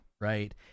right